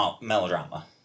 melodrama